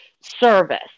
service